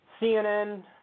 cnn